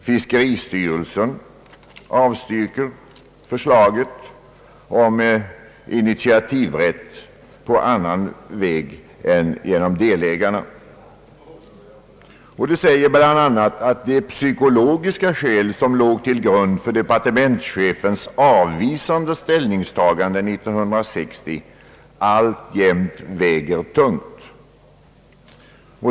Fiskeristyrelsen avstyrker förslaget om initiativrätt på annat sätt än genom delägarna och säger bl.a. att de psykologiska skäl som låg till grund för departementschefens avvisande ställningstagande år 1960 alltjämt väger tungt.